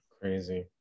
Crazy